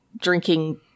drinking